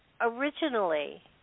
originally